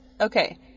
okay